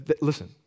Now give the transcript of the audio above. listen